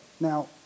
now